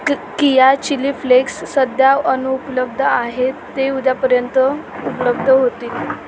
क किया chili flakes सध्या अनुपलब्ध आहेत ते उद्यापर्यंत उपलब्ध होतील